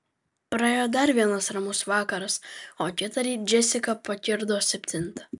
praėjo dar vienas ramus vakaras o kitąryt džesika pakirdo septintą